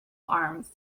arms